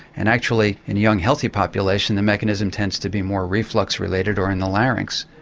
and actually in the young healthy population the mechanism tends to be more reflex-related or in the larynx.